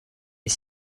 est